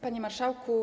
Panie Marszałku!